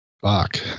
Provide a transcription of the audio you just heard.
fuck